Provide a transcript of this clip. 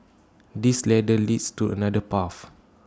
this ladder leads to another path